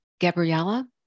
Gabriella